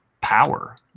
power